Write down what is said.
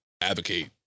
advocate